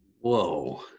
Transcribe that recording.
Whoa